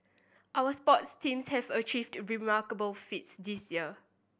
our sports teams have achieved remarkable feats this year